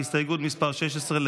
עוברים להסתייגות מס' 16,